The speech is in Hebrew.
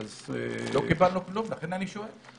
לא קיבלנו כלום, לכן אני שואל.